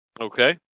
Okay